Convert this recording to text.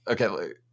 Okay